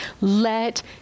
Let